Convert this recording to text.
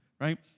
right